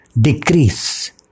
Decrease